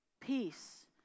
Peace